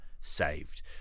saved